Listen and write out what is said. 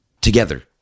together